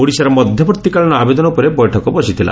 ଓଡ଼ିଶାର ମଧବର୍ତ୍ତୀକାଳୀନ ଆବେଦନ ଉପରେ ବୈଠକ ବସିଥିଲା